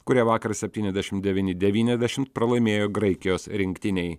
kurie vakar septyniasdešim devyni devyniasdešim pralaimėjo graikijos rinktinei